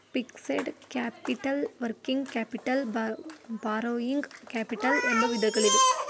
fixed capital working capital borrowing capital ಎಂಬ ವಿಧಗಳಿವೆ